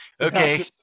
okay